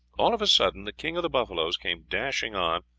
all of a sudden the king of the buffaloes came dashing on,